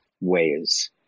ways